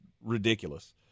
ridiculous